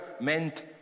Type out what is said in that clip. meant